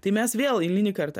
tai mes vėl eilinį kartą